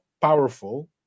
powerful